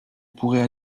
pourrait